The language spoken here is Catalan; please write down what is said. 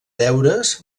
deures